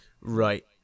Right